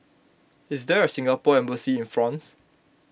is there a Singapore Embassy in France